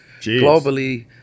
globally